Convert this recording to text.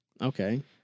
Okay